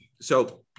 So-